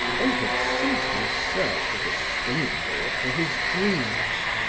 they had simply served as a springing board for his dreams.